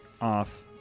off